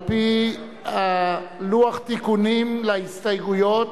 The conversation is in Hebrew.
על-פי לוח התיקונים להסתייגויות,